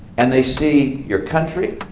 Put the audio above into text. and they see your country.